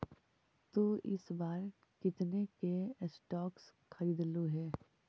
तु इस बार कितने के स्टॉक्स खरीदलु हे